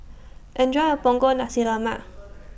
Enjoy your Punggol Nasi Lemak